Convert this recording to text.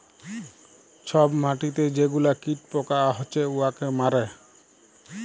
ছব মাটিতে যে গুলা কীট পকা হছে উয়াকে মারে